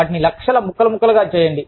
వాటిని లక్షల ముక్కలు ముక్కలుగా చేయండి